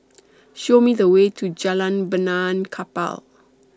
Show Me The Way to Jalan Benaan Kapal